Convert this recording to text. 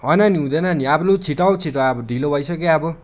होइन नि हुँदैन नि अब लु छिटो आऊ छिटो ढिलो भइसक्यो अब